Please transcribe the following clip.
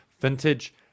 vintage